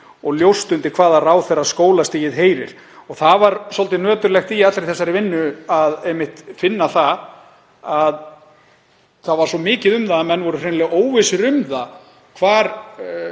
og ljóst undir hvaða ráðherra skólastigið heyrði. Það var svolítið nöturlegt í allri þessari vinnu að finna einmitt að það var svo mikið um að menn væru hreinlega óvissir um það hvar